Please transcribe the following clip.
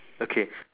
okay